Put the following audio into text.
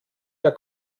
der